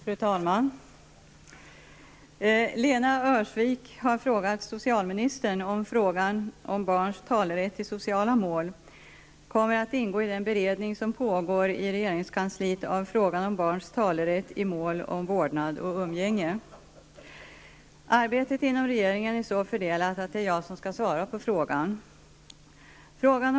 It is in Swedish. Fru talman! Lena Öhrsvik har frågat socialministern om frågan om barns talerätt i sociala mål kommer att ingå i den beredning som pågår i regeringskansliet av frågan om barns talerätt i mål om vårdnad och umgänge. Arbetet inom regeringen är så fördelat att det är jag som skall svara på frågan.